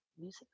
music